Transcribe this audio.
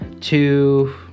two